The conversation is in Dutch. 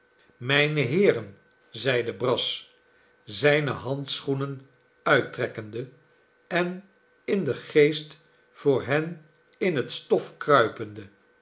mijne heeren zeide brass zijne handschoenen uittrekkende en in den geest voor hen in het stof kruipende